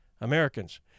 Americans